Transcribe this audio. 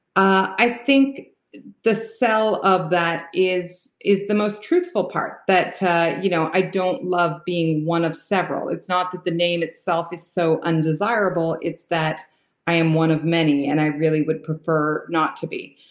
i think the sell of that is is the most truthful part that you know i don't love being one of several. it's not that the name itself is so undesirable, it's that i am one of many, and i really would prefer not to be.